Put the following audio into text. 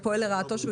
פועל לרעתו?